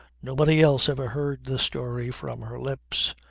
nobody else ever heard the story from her lips.